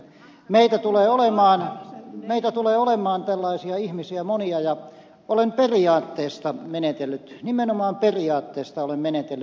meitä tulee olemaan tällaisia ihmisiä monia ja olen periaatteesta nimenomaan periaatteesta menetellyt näin